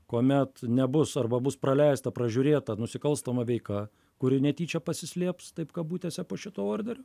kuomet nebus arba bus praleista pražiūrėta nusikalstama veika kuri netyčia pasislėps taip kabutėse po šito orderio